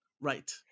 right